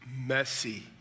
messy